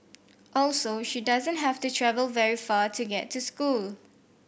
also she doesn't have to travel very far to get to school